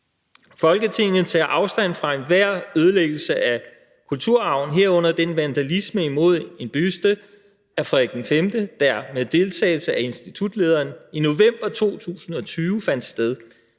»Folketinget tager afstand fra enhver ødelæggelse af kulturarven, herunder den vandalisme imod en buste af Frederik V, der – med deltagelse af institutlederen – i november 2020 fandt sted.